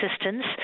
assistance